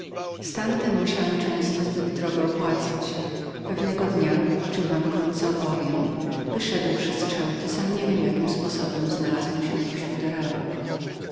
stan zaś ten musiałem często zbyt drogo opłacać jak to wam wkrótce opowiem gdyż pewnego dnia wyszedłszy z ceuty sam nie wiem jakim sposobem znalazłem się pośród arabów